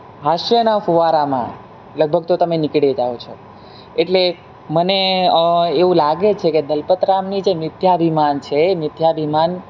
હાસ્યના ફુવારામાં લગભગ તો તમે નીકળી જાઓ છો એટલે મને એવું લાગે છે કે દલપત રામની જે મિથ્યાભિમાન છે એ મિથ્યાભિમાન